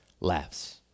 laughs